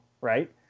right